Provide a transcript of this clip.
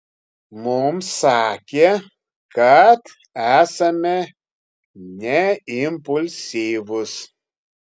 mums sakė kad esame neimpulsyvūs